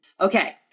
Okay